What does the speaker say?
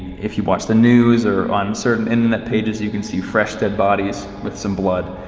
if you watch the news or on certain internet pages you can see fresh dead bodies with some blood.